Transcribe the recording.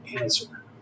answer